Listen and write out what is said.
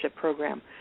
program